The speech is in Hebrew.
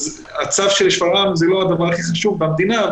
הצו של שפרעם זה לא הדבר הכי חשוב במדינה,